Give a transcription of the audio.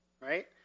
right